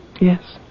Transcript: Yes